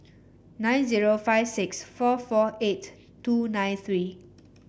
nine zero five six four four eight two nine three